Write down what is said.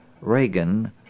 Reagan